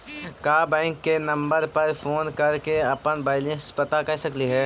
का बैंक के नंबर पर फोन कर के अपन बैलेंस पता कर सकली हे?